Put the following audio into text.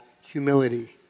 humility